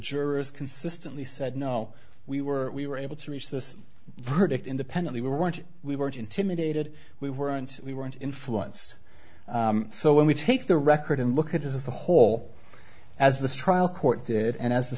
jurors consistently said no we were we were able to this burdick independently we want we weren't intimidated we weren't we weren't influence so when we take the record and look at it as a whole as the trial court did and as